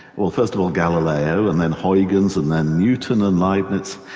well first of all galileo and then huygens and then newton and leibniz.